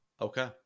Okay